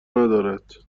ندارند